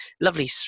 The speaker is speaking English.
lovely